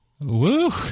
Woo